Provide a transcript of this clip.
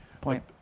point